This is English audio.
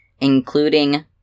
including